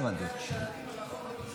התקבלה בקריאה הראשונה ותעבור לשם הכנתה